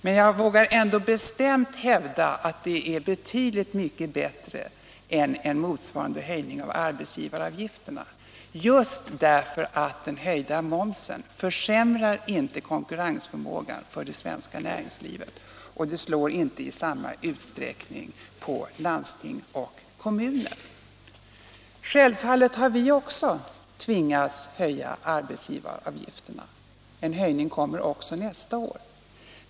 Men jag vågar ändå bestämt hävda att det är betydligt bättre än en motsvarande höjning av arbetsgivaravgiften, just därför att den höjda momsen inte försämrar konkurrensförmågan för det svenska näringslivet och inte i samma utsträckning slår mot landsting och kommuner. Som bekant har också vi tvingats höja arbetsgivaravgifterna. En höjning kommer också nästa år.